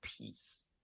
peace